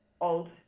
old